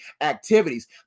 activities